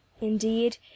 Indeed